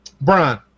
Brian